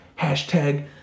hashtag